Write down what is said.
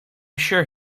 sure